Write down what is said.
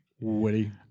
Woody